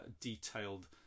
detailed